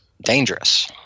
dangerous